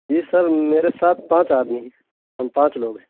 جی sir میرے ساتھ پانچ آدمی ہیں ہم پانچ لوگ ہیں